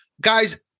guys